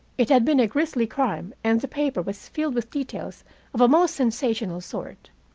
it had been a grisly crime, and the paper was filled with details of a most sensational sort.